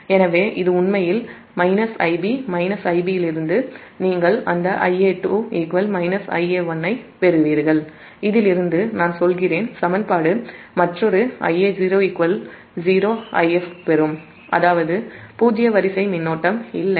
எனவே இது உண்மையில் Ib இதிலிருந்து நீங்கள் அந்த Ia2 Ia1 ஐப் பெறுவீர்கள் இதிலிருந்து நான் மற்றொரு சமன்பாடு சொல்கிறேன் Ia0 0 ஐப் பெறும் அதாவது பூஜ்ஜிய வரிசை மின்னோட்டம் இல்லை